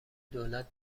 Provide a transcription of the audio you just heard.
دولت